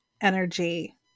energy